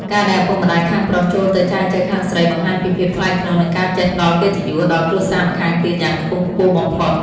ការដែលឪពុកម្ដាយខាងប្រុសចូលទៅចែចូវខាងស្រី បង្ហាញពី "ភាពថ្លៃថ្នូរ និងការចេះផ្ដល់កិត្តិយស" ដល់គ្រួសារម្ខាងទៀតយ៉ាងខ្ពង់ខ្ពស់បំផុត។